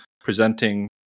presenting